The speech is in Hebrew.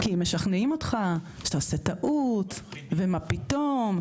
כי משכנעים אותך שאתה עושה טעות ומה פתאום.